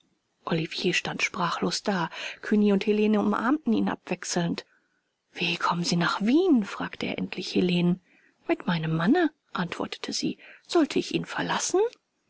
stand sprachlos da cugny und helene umarmten ihn abwechselnd wie kommen sie nach wien fragte er endlich helenen mit meinem manne antwortete sie sollte ich ihn verlassen